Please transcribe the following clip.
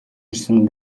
ирсэн